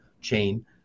chain